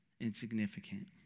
insignificant